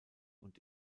und